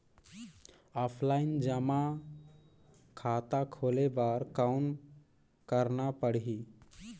Offline जमा खाता खोले बर कौन करना पड़ही?